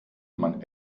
man